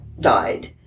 died